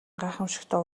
гайхамшигтай